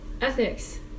ethics